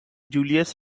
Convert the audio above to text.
julius